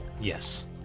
Yes